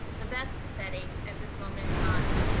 the best setting at this moment in time.